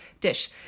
dish